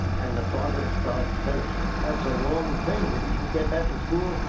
and the father starts, says that's a long thing, didn't you get that in school?